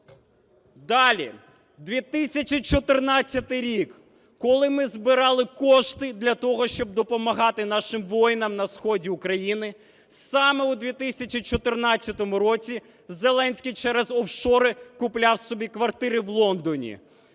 Далі, 2014 рік. Коли ми збирали кошти для того, щоб допомагати нашим воїнам на сході України, саме у 2014 році Зеленський через офшори купляв собі квартири в Лондоні.